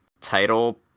title